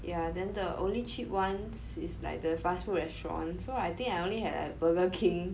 ya then the only cheap ones is like the fast food restaurant so I think I only had like Burger King